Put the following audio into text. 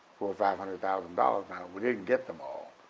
four or five hundred thousand dollars, now we didn't get them all,